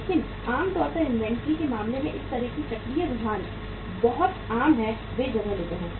लेकिन आम तौर पर इन्वेंट्री के मामले में इस तरह के चक्रीय रुझान बहुत आम हैं वे जगह लेते हैं